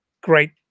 great